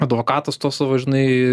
advokatas to savo žinai